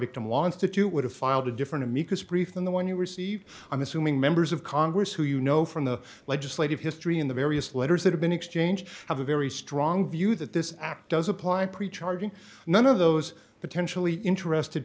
victim wants to do would have filed a different amicus brief than the one you received i'm assuming members of congress who you know from the legislative history in the various letters that have been exchanged have a very strong view the this act does apply pre charged none of those potentially interested